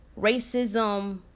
racism